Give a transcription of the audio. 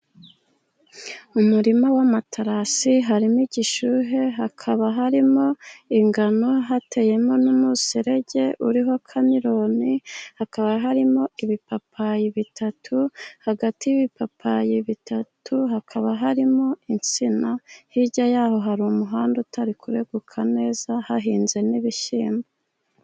Mu murima w'amaterasi harimo igishuhe, hakaba harimo ingano, hateyemo n'umuserege uriho kameroni, hakaba harimo ibipapayi bitatu, hagati y'ibipapayi bitatu hakaba harimo insina, hirya ya ho hari umuhanda utari kureguka neza, hahinze n'ibishyimbo.